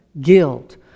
guilt